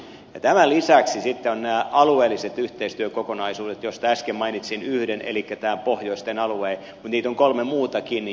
tämän lisäksi sitten ovat nämä alueelliset yhteistyökokonaisuudet joista äsken mainitsin yhden elikkä tämän pohjoisen alueen mutta niitä on kolme muutakin